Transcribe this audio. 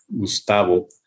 Gustavo